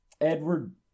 Edward